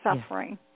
suffering